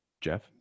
Jeff